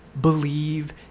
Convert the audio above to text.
believe